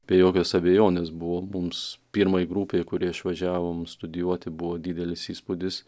be jokios abejonės buvo mums pirmai grupei kurie išvažiavom studijuoti buvo didelis įspūdis